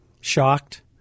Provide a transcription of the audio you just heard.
shocked